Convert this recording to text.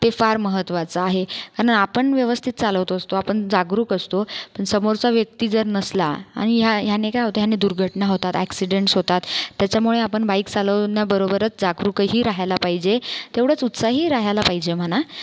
ते फार महत्त्वाचं आहे आण पण व्यवस्थित चालवत असतो आपण जागरूक असतो पण समोरचा व्यक्ती जर नसला आणि ह्या याने काय होते आणि दुर्घटना होतात एक्सीडेंटस् होतात त्याच्यामुळे आपण बाईक चालवण्याबरोबरच जागरूकही राहायला पाहिजे तेवढेच उत्साही राहायला पाहिजे म्हणा